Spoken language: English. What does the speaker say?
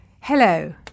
Hello